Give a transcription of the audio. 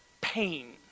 pain